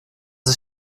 ist